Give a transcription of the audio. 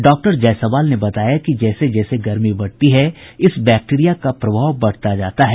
doctor Jaiswal ने बताया कि जैसे जैसे गर्मी बढ़ती है इस बैक्टीरिया का प्रभाव बढ़ता जाता है